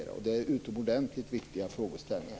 De frågeställningarna är utomordentligt viktiga.